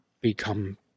become